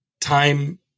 time